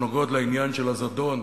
שנוגעות לעניין של הזדון,